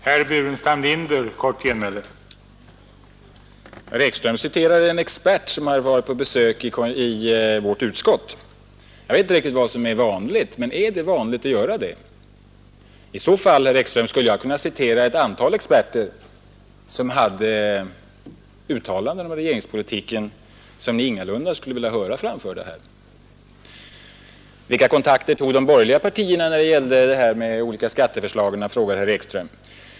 Herr talman! Herr Ekström citerade en expert som hade varit på besök i vårt utskott. Är det vanligt att man gör det? I så fall, herr Ekström, skulle jag kunna citera ett antal experter, som gjort uttalanden om regeringspolitiken som ni ingalunda skulle vilja höra framförda här. Vilka kontakter tog de borgerliga partierna när det gällde deras olika skatteförslag? frågar herr Ekström.